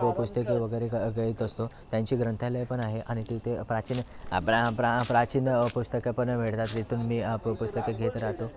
पु पुस्तकं वगैरे घ घेत असतो त्यांची ग्रंथालयं पण आहे आणि तिथे प्राचीन प्र प्र प्राचीन पुस्तकं पण भेटतात तिथून मी पुस्तकं घेत राहतो